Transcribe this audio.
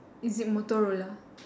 is it Motorola